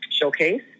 showcase